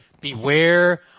beware